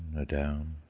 a down,